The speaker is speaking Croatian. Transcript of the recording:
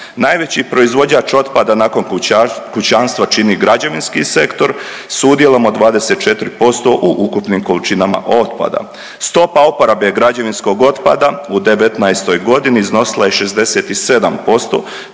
Najveći proizvođač otpada nakon kućanstva čini građevinski sektor sa udjelom od 24% u ukupnim količinama otpada. Stopa uporabe građevinskog otpada u devetnaestoj godini iznosila je 67%,